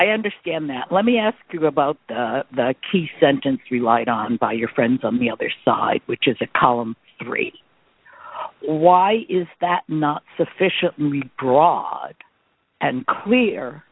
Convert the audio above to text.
i understand that let me ask you about the key sentence relied on by your friends on the other side which is a column three why is that not sufficiently broad and clear